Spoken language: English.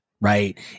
right